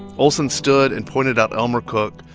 olsen stood and pointed out elmer cook,